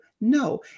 No